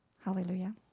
Hallelujah